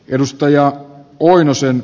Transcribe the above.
edustaja oinosen